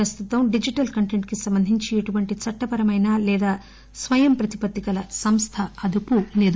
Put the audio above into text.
ప్రస్తుతం digital content కి సంబంధించి ఎటువంటి చట్టపరమైన లేదా స్వయం ప్రతిపత్తిగల సంస్థ అదుపు లేదు